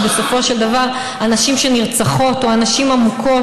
כי בסופו של דבר הנשים שנרצחות או הנשים המוכות